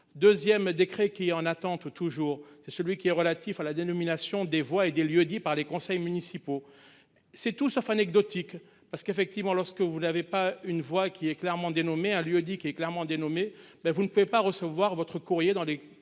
2ème décret qui en attente toujours, c'est celui qui est relatif à la dénomination des voix et des lieux-dits par les conseils municipaux. C'est tout sauf anecdotique parce qu'effectivement lorsque vous n'avez pas une voix qui est clairement dénommé à lui dit qu'est clairement. Mais vous ne pouvez pas recevoir votre courrier dans les